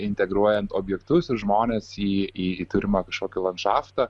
integruojant objektus ir žmones į į turimą kažkokį landšaftą